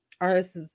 artists